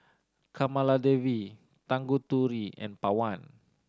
Kamaladevi Tanguturi and Pawan